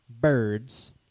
birds